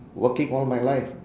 working all my life